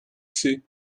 sait